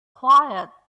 quiet